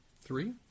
Three